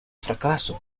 fracaso